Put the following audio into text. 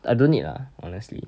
I don't need lah honestly